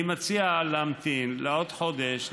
אני מציע להמתין עוד חודש,